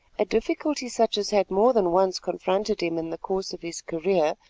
a difficulty such as had more than once confronted him in the course of his career,